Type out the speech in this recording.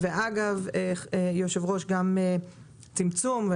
אגב, גם צמצום,